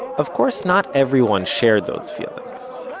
of course not everyone shared those feelings.